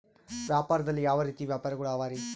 ವ್ಯಾಪಾರದಲ್ಲಿ ಯಾವ ರೇತಿ ವ್ಯಾಪಾರಗಳು ಅವರಿ?